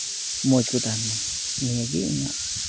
ᱢᱚᱡᱽ ᱠᱚ ᱛᱟᱦᱮᱱᱢᱟ ᱱᱤᱭᱟᱹ ᱜᱮ ᱤᱧᱟᱹᱜ